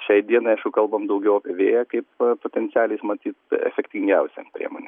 šiai dienai aišku kalbam daugiau apie vėją kaip a potencialiai matyt efektingiausią priemonę